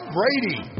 Brady